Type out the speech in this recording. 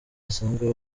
basanzwe